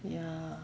ya